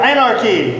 Anarchy